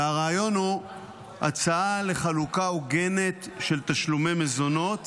והרעיון הוא הצעה לחלוקה הוגנת של תשלומי מזונות,